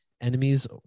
enemies